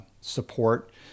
support